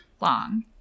long